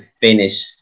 finish